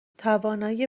توانایی